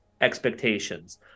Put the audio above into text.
expectations